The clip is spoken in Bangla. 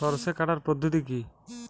সরষে কাটার পদ্ধতি কি?